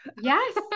Yes